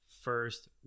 first